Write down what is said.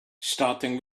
starting